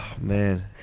Man